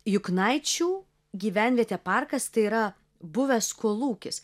juknaičių gyvenvietė parkas tai yra buvęs kolūkis